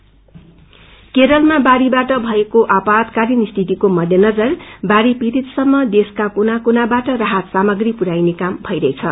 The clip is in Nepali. रिलिफ केरलमा बाढ़ीबाट भएको आपदाकालीन स्थितिको मध्यनजर बाढ़ी पीड़ितसम्प देशका कुना कुनावाट राहत सामाग्री पुर्याइने क्वम भइरहेछ